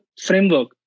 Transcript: framework